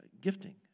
gifting